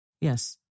Yes